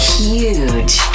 huge